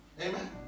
Amen